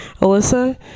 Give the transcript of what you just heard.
Alyssa